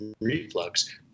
reflux